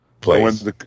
place